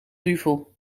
duvel